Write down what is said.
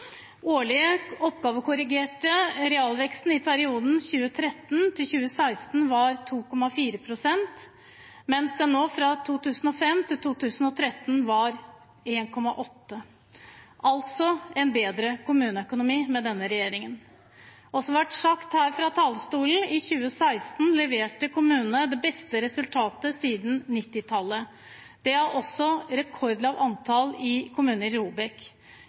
årlige oppgavekorrigerte realveksten i perioden 2013–2016 var på 2,4 pst., mens den fra 2005 til 2013 var på 1,8 pst. Det er altså en bedre kommuneøkonomi med denne regjeringen. Og som det ble sagt i et replikkordskifte: I 2016 leverte kommunene det beste resultatet siden 1990-tallet. Det er også et rekordlavt antall kommuner i